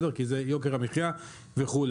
כי זה יוקר המחיה וכו',